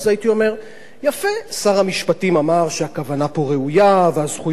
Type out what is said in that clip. שר המשפטים אמר שהכוונה פה ראויה והזכויות חשובות ויש